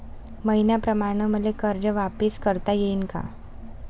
मईन्याप्रमाणं मले कर्ज वापिस करता येईन का?